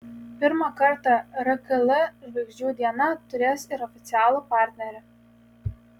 pirmą kartą rkl žvaigždžių diena turės ir oficialų partnerį